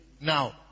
now